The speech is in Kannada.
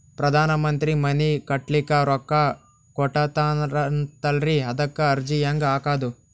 ಪ್ರಧಾನ ಮಂತ್ರಿ ಮನಿ ಕಟ್ಲಿಕ ರೊಕ್ಕ ಕೊಟತಾರಂತಲ್ರಿ, ಅದಕ ಅರ್ಜಿ ಹೆಂಗ ಹಾಕದು?